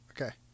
Okay